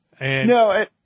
No